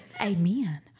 Amen